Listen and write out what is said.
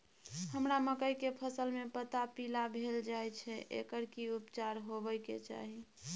हमरा मकई के फसल में पता पीला भेल जाय छै एकर की उपचार होबय के चाही?